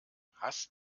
hast